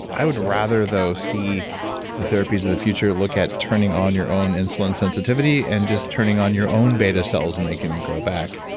i would rather, though, see the therapies of the future look at turning on your own insulin sensitivity, and just turning on your own beta cells and making them grow back.